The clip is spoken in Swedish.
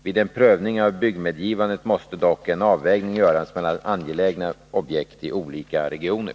Vid en prövning av byggmedgivandet måste dock en avvägning göras mellan angelägna objekt i olika regioner.